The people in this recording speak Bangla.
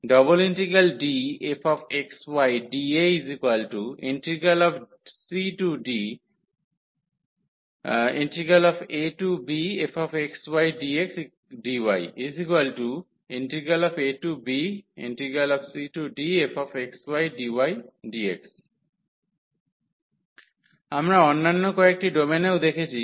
∬DfxydAcdabfxydxdyabcdfxydydx আমরা অন্যান্য কয়েকটি ডোমেনও দেখেছি